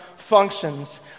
functions